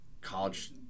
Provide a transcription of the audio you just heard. college